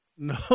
No